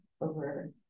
over